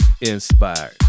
inspired